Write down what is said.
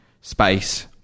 space